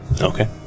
Okay